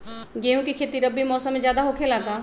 गेंहू के खेती रबी मौसम में ज्यादा होखेला का?